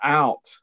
out